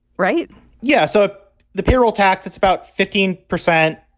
right yeah. so the payroll tax, it's about fifteen percent.